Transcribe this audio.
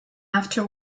after